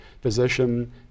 physician